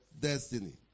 destiny